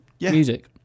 music